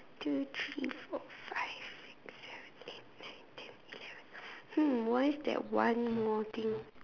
two three four five six seven eight nine ten eleven hmm where is that one more thing